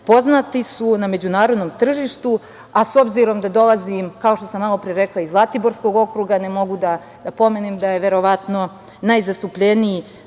poznati na međunarodnom tržištu, a s obzirom da dolazim kao što sam malopre rekla iz Zlatiborskog okruga pa mogu da pomenem da je verovatno najzastupljenija